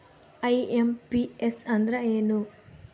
IMPS ಅಂದ್ರ ಏನು?